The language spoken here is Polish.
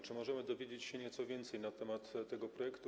Czy możemy dowiedzieć się nieco więcej na temat tego projektu?